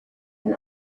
can